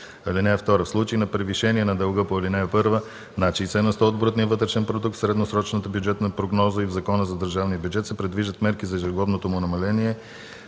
продукт. (2) В случай на превишение на дълга по ал. 1 над 60 на сто от брутния вътрешен продукт в средносрочната бюджетна прогноза и в Закона за държавния бюджет се предвиждат мерки за ежегодното му намаление